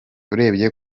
urebye